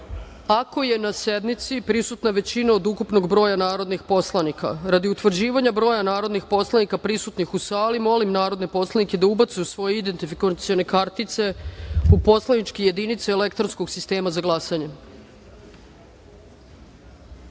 ako je na sednici prisutna većina od ukupnog broja narodnih poslanika. Radi utvrđivanja broja narodnih poslanika prisutnih u sali, molim narodne poslanike da ubacite svoje identifikacione kartice u poslaničke jedinice elektronskog sistema za glasanje. Hvala